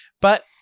But-